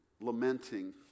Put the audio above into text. lamenting